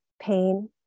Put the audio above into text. pain